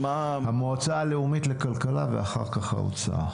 המועצה הלאומית לכלכלה ואחר כך האוצר.